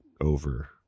over